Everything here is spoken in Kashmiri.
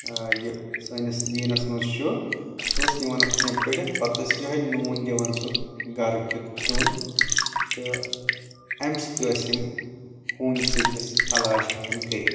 یہِ سٲنِس دیٖنس منٛز چھُ سُہ اوس نِوان اتھ کینٛہہ پٔرِتھ پتہٕ اوس یہٕے نوٗن دِوان سُہ گرٕ کیُتھ کھٮ۪ون تہٕ امہِ سۭتۍ تہِ ٲس یِم ہوٗنۍ ژٔپِس علاج ہٮ۪کان کٔرتھ